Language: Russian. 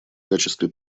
качестве